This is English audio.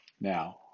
Now